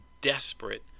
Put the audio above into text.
desperate